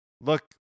Look